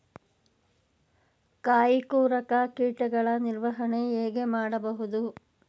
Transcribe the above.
ಕಾಯಿ ಕೊರಕ ಕೀಟಗಳ ನಿರ್ವಹಣೆ ಹೇಗೆ ಮಾಡಬಹುದು?